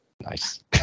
nice